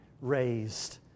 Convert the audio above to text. raised